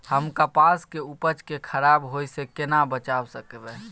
हम कपास के उपज के खराब होय से केना बचाव करबै?